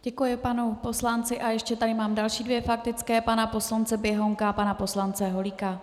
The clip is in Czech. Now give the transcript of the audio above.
Děkuji panu poslanci a ještě tady mám další dvě faktické pana poslance Běhounka a pana poslance Holíka.